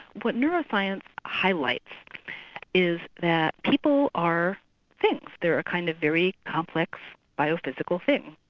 what neuroscience highlights is that people are things, they're a kind of very complex biophysical thing.